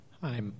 Hi